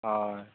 ᱦᱳᱭ